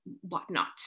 whatnot